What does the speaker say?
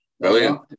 Brilliant